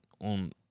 on